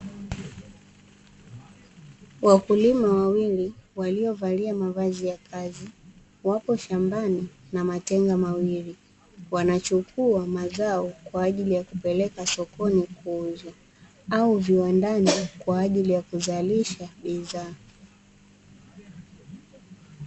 Wakulima wawili waliovalia mavazi ya kazi wapo shambani na matenga mawili, wanachukua mazao kwa ajili ya kupeleka sokoni kuuzwa au viwandani kwa ajili ya kuzalisha bidhaa.